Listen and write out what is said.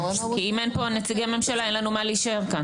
כי אם אין פה נציגי ממשלה אין לנו מה להישאר כאן.